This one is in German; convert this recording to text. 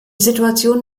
situation